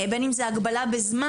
בין אם זו הגבלה בזמן.